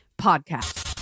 Podcast